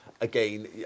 again